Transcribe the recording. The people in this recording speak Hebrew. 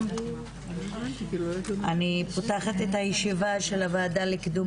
אני פותחת את הישיבה של הוועדה לקידום